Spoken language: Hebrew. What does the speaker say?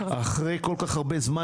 אחרי כול כך הרבה זמן,